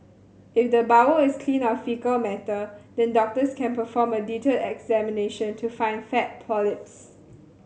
if the bowel is clean of faecal matter then doctors can perform a detailed examination to find flat polyps